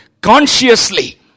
consciously